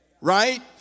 Right